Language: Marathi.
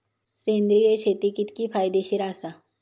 सेंद्रिय शेती कितकी फायदेशीर आसा?